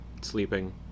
sleeping